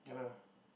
ya lah